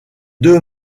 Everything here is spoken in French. deux